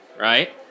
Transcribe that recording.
right